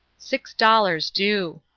six dollars due.